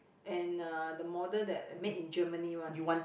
and uh the model that made in Germany one